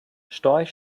storch